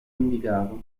indicato